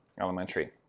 Elementary